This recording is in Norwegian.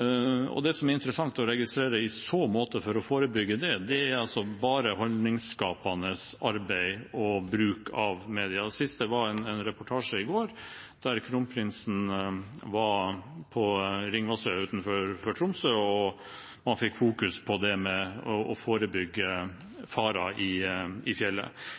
Det som er interessant å registrere i så måte, er at for å forebygge det, er det bare holdningsskapende arbeid og bruk av media. Det siste var en reportasje i går der kronprinsen var på Ringvassøy utenfor Tromsø, og man fokuserte på det å forebygge farer i fjellet.